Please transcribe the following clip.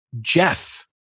Jeff